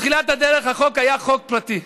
באמת בתחילת הדרך החוק היה חוק פרטי,